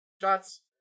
Shot's